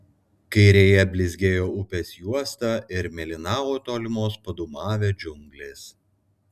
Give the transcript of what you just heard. kairėje blizgėjo upės juosta ir mėlynavo tolimos padūmavę džiunglės